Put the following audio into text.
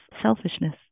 selfishness